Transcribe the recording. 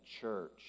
church